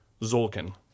Zolkin